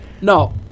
No